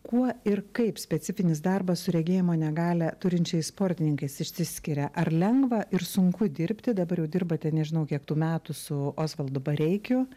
kuo ir kaip specifinis darbas su regėjimo negalią turinčiais sportininkais išsiskiria ar lengva ir sunku dirbti dabar jau dirbate nežinau kiek tų metų su osvaldu bareikiu